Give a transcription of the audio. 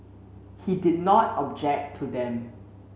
he did not object to them